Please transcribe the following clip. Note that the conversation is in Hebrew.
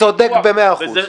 צודק במאה אחוז.